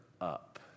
up